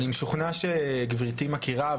אני משוכנע שגבירתי מכירה,